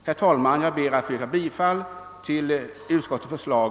Herr talman! Jag ber att få yrka bifall till utskottets förslag.